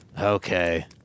Okay